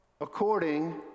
according